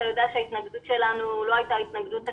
אתה יודע שההתנגדות שלנו לא הייתה התנגדות תקציבית,